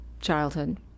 childhood